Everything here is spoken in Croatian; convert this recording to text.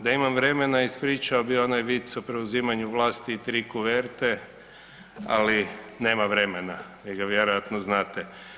Da imam vremena ispričao bi onaj vic o preuzimanju vlasti i 3 kuverte, ali nema vremena il ga vjerojatno znate.